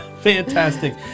fantastic